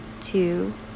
two